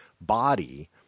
body